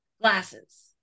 glasses